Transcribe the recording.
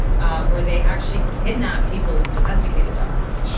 ah where they actually kidnap people's domesticated dogs.